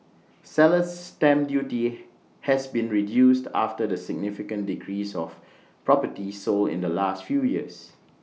seller's stamp duty has been reduced after the significant decrease of properties sold in the last few years